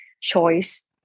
choice